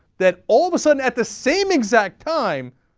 that all of a sudden, at the same exact time,